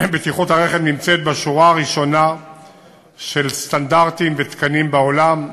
בטיחות הרכב נמצאת בשורה הראשונה של סטנדרטים ותקנים בעולם,